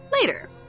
later